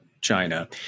China